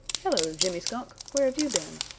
hello, jimmy skunk, where have you been?